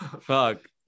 Fuck